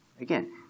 Again